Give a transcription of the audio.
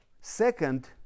Second